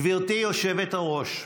גברתי היושבת-ראש,